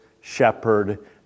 Shepherd